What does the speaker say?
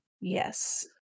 Yes